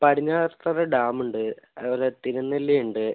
Padinjarathara dam ഉണ്ട് അതേപോലെ തിരുനെല്ലി ഉണ്ട്